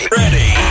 ready